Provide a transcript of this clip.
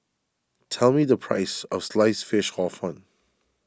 tell me the price of Sliced Fish Hor Fun